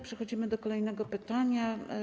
Przechodzimy do kolejnego pytania.